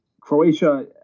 Croatia